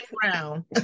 brown